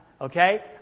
Okay